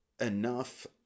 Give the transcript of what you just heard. enough